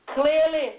clearly